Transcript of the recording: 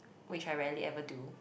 which I rarely even do